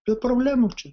be problemų čia